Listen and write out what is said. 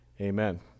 amen